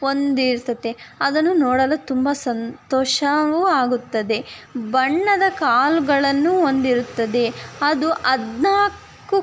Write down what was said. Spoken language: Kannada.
ಹೊಂದಿರ್ತತೆ ಅದನ್ನು ನೋಡಲು ತುಂಬ ಸಂತೋಷವೂ ಆಗುತ್ತದೆ ಬಣ್ಣದ ಕಾಲುಗಳನ್ನು ಹೊಂದಿರುತ್ತದೆ ಅದು ಹದಿನಾಲ್ಕು